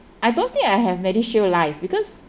I don't think I have medishield life because